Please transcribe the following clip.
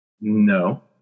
No